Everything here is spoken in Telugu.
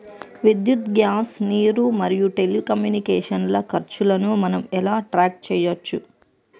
విద్యుత్ గ్యాస్ నీరు మరియు టెలికమ్యూనికేషన్ల ఖర్చులను మనం ఎలా ట్రాక్ చేయచ్చు?